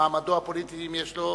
במעמדו הפוליטי אם יש לו